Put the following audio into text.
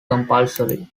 compulsory